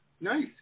nice